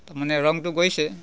তাৰ মানে ৰংটো গৈছে